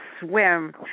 swim